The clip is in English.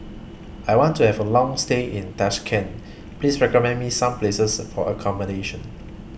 I want to Have A Long stay in Tashkent Please recommend Me Some Places For accommodation